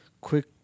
quick